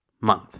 month